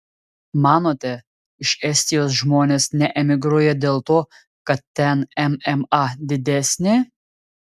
manote iš estijos žmonės neemigruoja dėl to kad ten mma didesnė